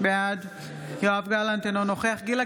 בעד יואב גלנט, אינו נוכח גילה